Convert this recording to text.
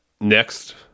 Next